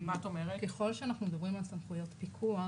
ככל שאנחנו מדברים על סמכויות פיקוח,